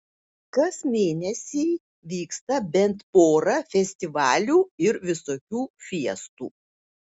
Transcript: kas mėnesį vyksta bent pora festivalių ir visokių fiestų